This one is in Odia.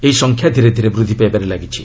ଏହି ସଂଖ୍ୟା ଧୀରେ ଧୀରେ ବୃଦ୍ଧି ପାଇବାରେ ଲାଗିଛି